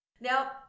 Now